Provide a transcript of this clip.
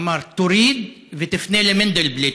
הוא אמר: תוריד ותפנה למנדלבליט,